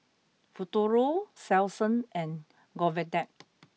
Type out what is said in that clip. Futuro Selsun and Convatec